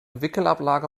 wickelablage